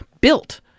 built